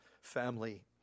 family